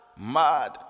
mad